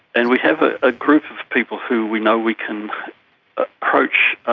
and we have a group of people who we know we can approach,